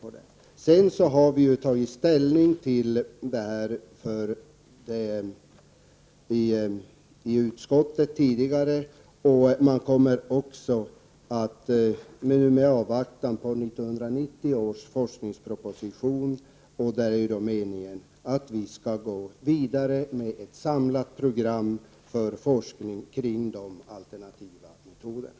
Vidare har utskottet tidigare tagit ställning till dessa frågor. Det är bara att avvakta 1990 års forskningsproposition. Det är ju meningen att vi skall gå vidare med ett samlat program för forskning kring de alternativa metoderna.